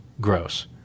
Gross